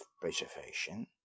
preservation